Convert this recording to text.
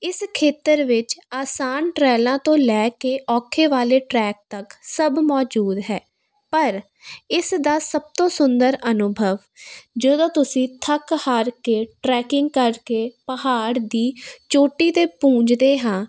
ਇਸ ਖੇਤਰ ਵਿੱਚ ਆਸਾਨ ਟਰੈਲਾਂ ਤੋਂ ਲੈ ਕੇ ਔਖੇ ਵਾਲੇ ਟਰੈਕ ਤੱਕ ਸਭ ਮੌਜੂਦ ਹੈ ਪਰ ਇਸ ਦਾ ਸਭ ਤੋਂ ਸੁੰਦਰ ਅਨੁਭਵ ਜਦੋਂ ਤੁਸੀਂ ਥੱਕ ਹਾਰ ਕੇ ਟਰੈਕਿੰਗ ਕਰਕੇ ਪਹਾੜ ਦੀ ਚੋਟੀ ਦੇ ਪੁੱਜਦੇ ਹਾਂ